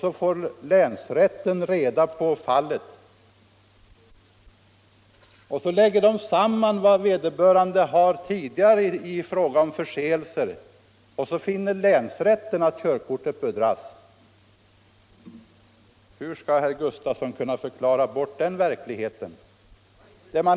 Men när länsrätten får reda på fallet, lägger den samman hans tidigare förseelser och finner att körkortet bör dras in. Hur skall herr Gustafson kunna förklara bort den verkligheten?